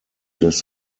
des